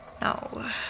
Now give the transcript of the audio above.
No